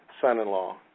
son-in-law